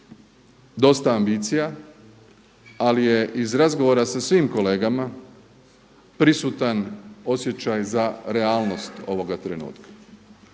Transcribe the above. dosta ambicija ali je iz razgovora sa svim kolegama prisutan osjećaj za realnost ovoga trenutka.